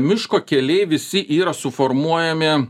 miško keliai visi yra suformuojami